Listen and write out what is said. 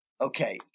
Okay